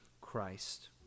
Christ